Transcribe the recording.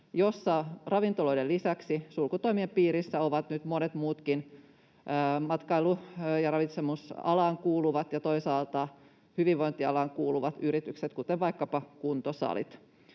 jossa ravintoloiden lisäksi sulkutoimien piirissä ovat monet muutkin matkailu- ja ravitsemusalaan sekä toisaalta hyvinvointialaan kuuluvat yritykset, kuten vaikkapa kuntosalit.